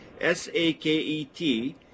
S-A-K-E-T